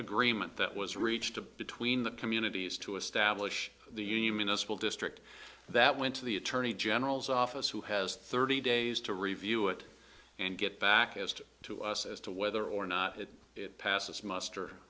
agreement that was reached between the communities to establish the union us will district that went to the attorney general's office who has thirty days to review it and get back as to us as to whether or not it passes must